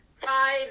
five